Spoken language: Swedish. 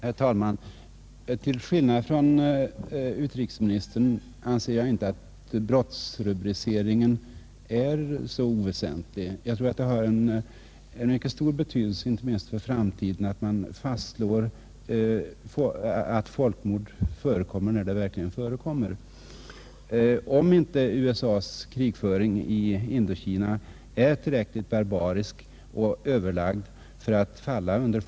Herr talman! Till skillnad från utrikesministern anser jag inte att brottsrubriceringen är så oväsentlig. Jag tror att det inte minst för framtiden har en mycket stor betydelse att man fastslår att folkmord förekommer, när de verkligen förekommer. Om inte USA:s krigföring i Indokina är tillräckligt barbarisk och överlagd för att falla under.